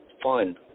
Fun